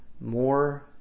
more